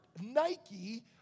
Nike